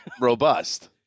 robust